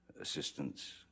assistance